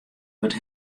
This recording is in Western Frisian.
wurdt